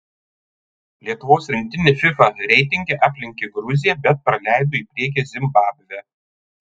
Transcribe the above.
lietuvos rinktinė fifa reitinge aplenkė gruziją bet praleido į priekį zimbabvę